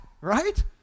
Right